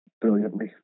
brilliantly